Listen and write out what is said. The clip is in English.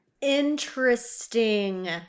Interesting